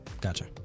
Gotcha